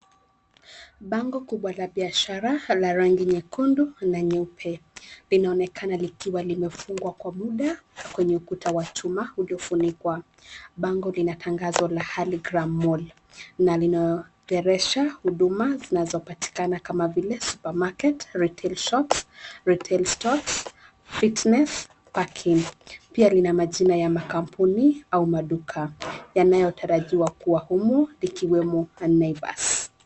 Bango kubwa la biashara, la rangi nyekundu na nyeupe, linaonekana likiwa limefungwa kwa muda, kwenye ukuta wa chuma uliofunikwa. Bango lina tangazo la Hurlingham Mall, na linadheresha huduma zinazopatikana kama vile supermarket, retail shops, retail stocks, fitness, packing . Pia lina majina ya makampuni au maduka yanayotarajiwa kuwa humo, likiwemo Naivas.